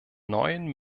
neuen